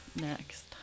next